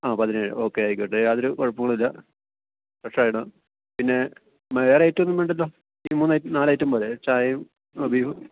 ആ പതിനേഴ് ഓക്കെ ആയിക്കോട്ടെ യാതൊരു കുഴപ്പങ്ങളുമില്ല ഫ്രെഷായിടാം പിന്നെ വേറെ ഐറ്റവൊന്നും വേണ്ടല്ലോ ഈ മൂന്നയ് നാലയ്റ്റം പോരെ ചായയും ആ ബീഫും